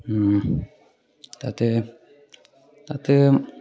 তাতে তাতে